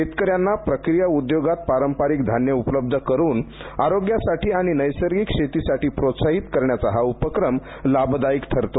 शेतकऱ्यांना प्रक्रिया उद्योगात पारंपारिक धान्य उपलब्ध करून आरोग्यासाठी आणि नैसर्गिक शेतीसाठी प्रोत्साहित करण्याचा हा उपक्रम लाभदायक ठरेल